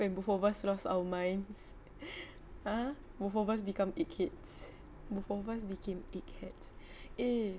when both of us lost our minds ah ah both of us become dickheads both of us became dickheads eh